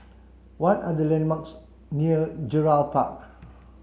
what are the landmarks near Gerald Park